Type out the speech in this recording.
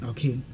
Okay